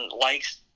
likes